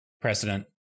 precedent